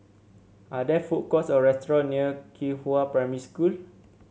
are there food courts or restaurant near Qihua Primary School